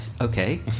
okay